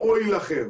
אוי לכם